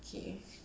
okay